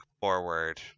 forward